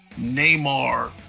Neymar